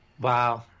Wow